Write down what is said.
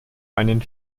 einen